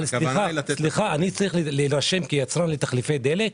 סליחה, אני צריך להירשם כיצרן לתחליפי דלק?